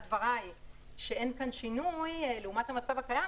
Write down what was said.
דבריי שאין כאן שינוי הכוונה לעומת המצב הקיים,